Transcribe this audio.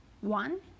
one